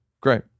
Great